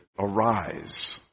arise